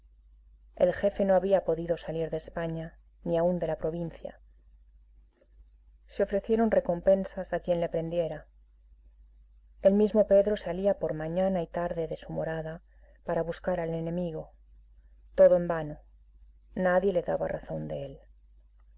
el jefe no había podido salir de españa ni aun de la provincia se ofrecieron recompensas a quien le prendiera el mismo pedro salía por mañana y tarde de su morada para buscar al enemigo todo en vano nadie le daba razón de él